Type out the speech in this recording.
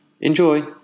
Enjoy